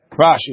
Rashi